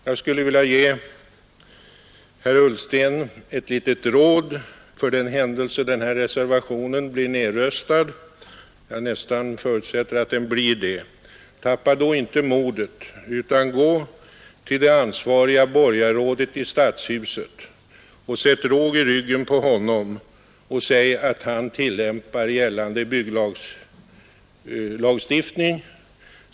Jag skulle vilja ge herr Ullsten ett litet råd för den händelse denna reservation blir nedröstad — och jag förutsätter nästan att den blir det. Tappa då inte modet utan gå till det ansvariga borgarrådet i Stadshuset, sätt råg i ryggen på honom och uppmana honom att tillämpa gällande bygglagstiftning!